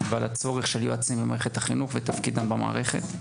ועל הצורך של יועצים במערכת החינוך ותפקידם במערכת.